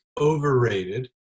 overrated